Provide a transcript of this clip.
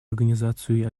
организацию